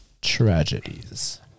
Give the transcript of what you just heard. tragedies